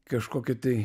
kažkokį tai